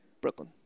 Brooklyn